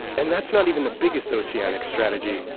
and that's not even the biggest oceanic strategy.